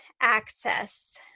access